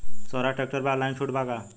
सोहराज tractor पर online छूट बा का?